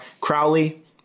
Crowley